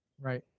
Right